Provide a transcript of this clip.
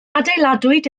adeiladwyd